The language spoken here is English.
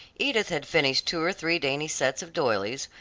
edith had finished two or three dainty sets of doilies,